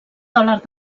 dòlar